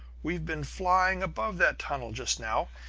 we've been flying above that tunnel just now.